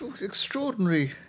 extraordinary